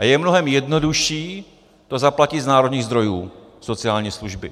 A je mnohem jednodušší to zaplatit z národních zdrojů, sociální služby.